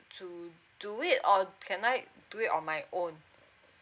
to do it or can I do it on my own